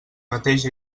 mateix